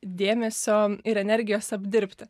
dėmesio ir energijos apdirbti